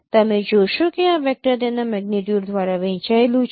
તમે જોશો કે આ વેક્ટર તેના મેગ્નીટ્યુડ દ્વારા વહેંચાયેલું છે